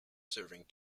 serving